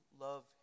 love